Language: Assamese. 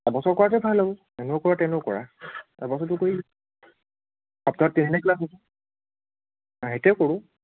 এবছৰৰ কৰাটোৱে ভাল হ'ব এনেও কৰা তেনেও কৰা এবছৰীয়াটো কৰি আফটাৰ ট্ৰেইনিং ক্লাছ হ'ব অঁ সেইটোৱে কৰোঁ